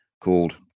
called